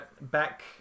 back